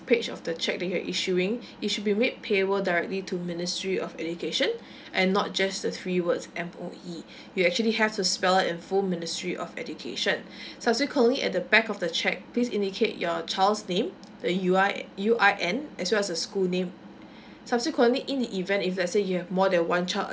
page of the cheque that you are issuing it should be made payable directly to ministry of education and not just the three words M_O_E you actually have to spell in full ministry of education subsequently at the back of the cheque please indicate your child's name the U_R U_R_N as well as the school name subsequently in the event if let's say you have more than one child